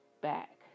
back